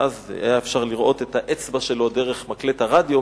ואז היה אפשר לראות את האצבע שלו דרך מקלט הרדיו,